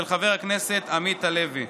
של חבר הכנסת עמית הלוי.